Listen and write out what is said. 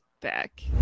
back